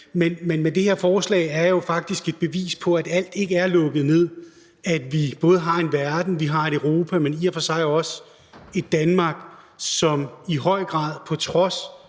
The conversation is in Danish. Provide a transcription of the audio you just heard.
Men det her forslag er jo faktisk et bevis på, at alt ikke er lukket ned, og at vi både har en verden og et Europa, men i og for sig også et Danmark, som på trods